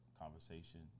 conversation